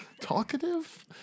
talkative